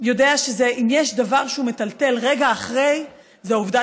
יודע שאם יש דבר שמטלטל רגע אחרי זאת העובדה